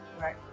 right